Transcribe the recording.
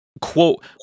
quote